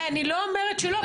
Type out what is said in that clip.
אני לא אומרת שלא,